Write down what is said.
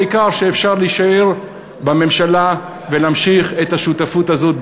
העיקר שאפשר להישאר בממשלה ולהמשיך את השותפות הזאת,